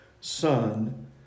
son